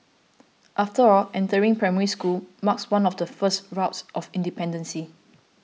after all entering Primary School marks one of the first rites of independence